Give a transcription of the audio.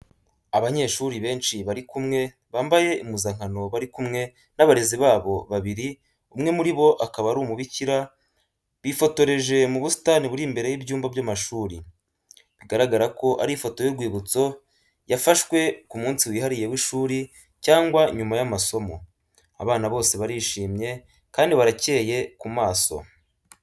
Abanyeshuri benshi bari kumwe, bambaye impuzankano bari kumwe n’abarezi babo babiri umwe muri bo akaba ari umubikira, bifotoreje mu busitani buri imbere y’ibyumba by'amashuri. Bigaragara ko ari ifoto y’urwibutso yafashwe ku munsi wihariye w’ishuri cyangwa nyuma y’amasomo. Abana bose barishimye kandi baracyeye ku maso.